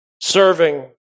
serving